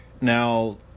now